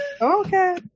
okay